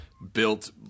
Built